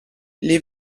les